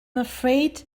afraid